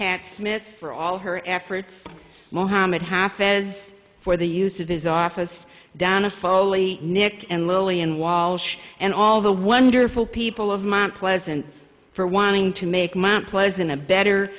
pat smith for all her efforts mohamed half as for the use of his office down a foley neck and lowly and walsh and all the wonderful people of my pleasant for wanting to make mount pleasant a better